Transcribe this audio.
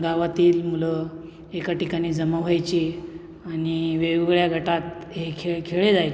गावातील मुलं एका ठिकाणी जमा व्हायची आणि वेगवेगळ्या गटांत हे खेळ खेळले जायचे